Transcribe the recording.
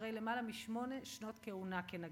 לאחר למעלה משמונה שנות כהונה כנגיד.